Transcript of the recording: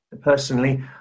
Personally